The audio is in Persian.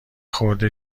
خورده